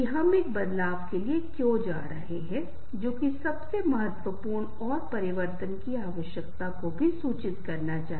हमें पहले उस व्यक्ति का परीक्षण करना होगा कि क्या वह व्यक्ति वास्तव में अच्छा है हम केवल तभी भरोसा कर सकते हैं हमें इस आत्म प्रकटीकरण मंच पर आना चाहिए